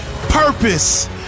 purpose